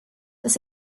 dass